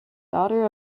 daughter